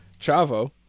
Chavo